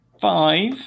Five